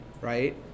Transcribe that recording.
right